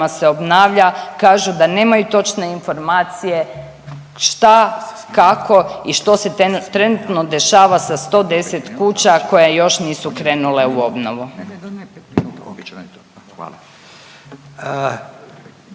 se obnavlja kažu da nemaju točne informacije šta, kako i što se trenutno dešava sa 110 kuća koje još nisu krenule u obnovu.